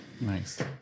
Nice